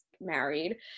married